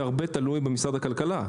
והרבה תלוי במשרד הכלכלה.